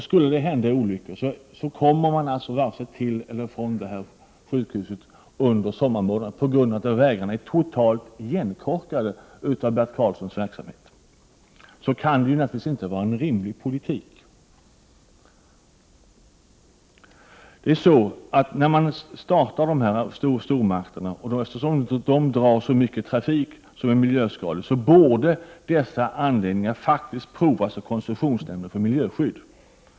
Skulle det hända olyckor kommer man alltså varken till eller från detta sjukhus under sommarmånaderna på grund av att vägarna är totalt igenkorkade av Bert Karlssons verksamhet. Det kan naturligtvis inte vara en rimlig politik. När man startar stormarknader, som drar till sig så mycket av miljöskadlig trafik, borde anläggningarna provas av koncessionsnämnden för miljöskydd.